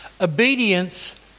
obedience